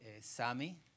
Sammy